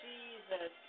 Jesus